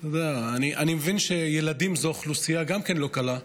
אני מבין שילדים זו גם אוכלוסייה לא קלה,